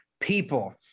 people